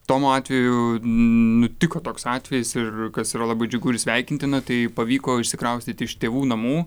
tomo atveju nutiko toks atvejis ir kas yra labai džiugu ir sveikintina tai pavyko išsikraustyti iš tėvų namų